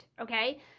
Okay